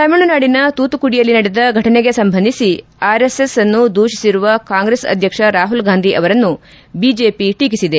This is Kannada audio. ತಮಿಳುನಾಡಿನ ತೂತುಕುಡಿಯಲ್ಲಿ ನಡೆದ ಘಟನೆಗೆ ಸಂಬಂಧಿಸಿ ಆರ್ಎಸ್ಎಸ್ ಅನ್ನು ದೂಷಿಸಿರುವ ಕಾಂಗ್ರೆಸ್ ಅಧ್ಯಕ್ಷ ರಾಹುಲ್ ಗಾಂಧಿ ಅವರನ್ನು ಬಿಜೆಪಿ ಟೀಕಿಸಿದೆ